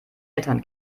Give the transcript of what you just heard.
eltern